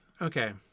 Okay